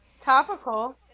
topical